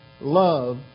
love